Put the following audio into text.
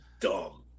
dumb